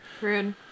Rude